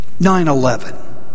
9-11